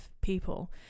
people